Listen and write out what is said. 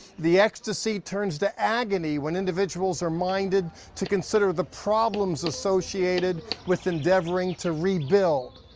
the ecstasy turns to agony when individuals are minded to consider the problems associated with endeavoring to rebuild.